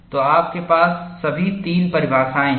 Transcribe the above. तो आपके पास सभी तीन परिभाषाएं हैं